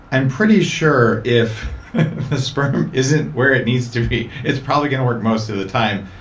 i'm pretty sure, if the sperm isn't where it needs to be, it's probably going to work most of the time.